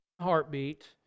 heartbeat